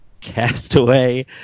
Castaway